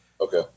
Okay